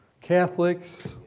Catholics